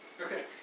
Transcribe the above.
Okay